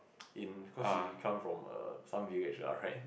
in because she come from err some village ah right